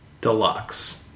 deluxe